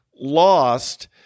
lost